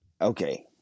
Okay